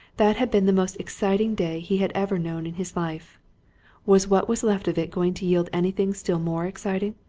that had been the most exciting day he had ever known in his life was what was left of it going to yield anything still more exciting?